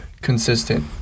consistent